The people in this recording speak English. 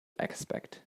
aspect